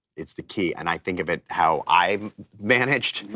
it's the key, and i think of it how i'm managed,